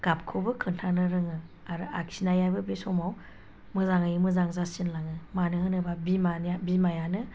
गाबखौबो खोन्थानो रोङो आरो आखिनायाबो बे समाव मोजाङै मोजां जासिनलाङो मानो होनोब्ला बिमानि बिमायानो